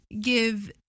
Give